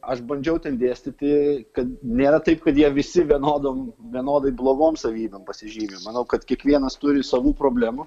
aš bandžiau ten dėstyti kad nėra taip kad jie visi vienodom vienodai blogom savybėm pasižymi manau kad kiekvienas turi savų problemų